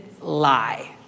lie